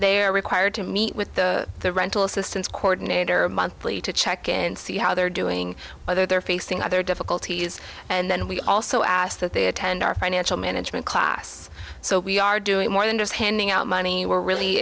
they are required to meet with the the rental assistance cordon it or monthly to check in and see how they're doing whether they're facing other difficulties and then we also ask that they attend our financial management class so we are doing more than just handing out money we're really